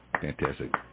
Fantastic